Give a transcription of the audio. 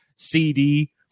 CD